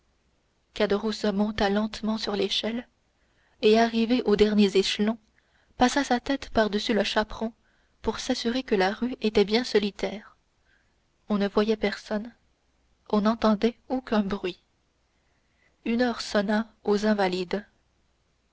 descendre caderousse monta lentement sur l'échelle et arrivé aux derniers échelons passa sa tête par-dessus le chaperon pour s'assurer que la rue était bien solitaire on ne voyait personne on n'entendait aucun bruit une heure sonna aux invalides